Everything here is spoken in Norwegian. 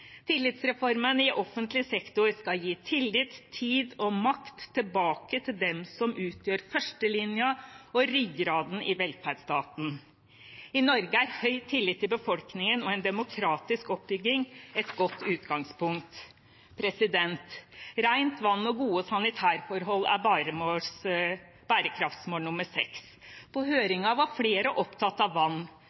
Tillitsreformen i offentlig sektor skal gi tillit, tid og makt tilbake til dem som utgjør førstelinja og ryggraden i velferdsstaten. I Norge er høy tillit i befolkningen og en demokratisk oppbygging et godt utgangspunkt. Rent vann og gode sanitærforhold er bærekraftsmål nr. 6. På høringen var flere opptatt av vann.